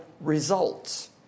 results